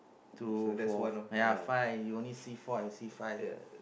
two four !aiya! five you only see four I will see five